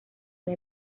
una